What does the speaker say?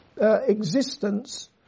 existence